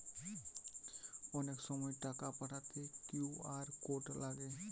অনেক সময় টাকা পাঠাতে কিউ.আর কোড লাগে